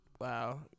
wow